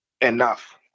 enough